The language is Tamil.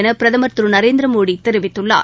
என பிரதமர் திரு நரேந்திரமோடி தெரிவித்துள்ளார்